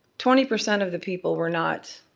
twenty percent of the people were not,